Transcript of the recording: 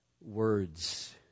words